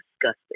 disgusting